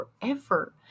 forever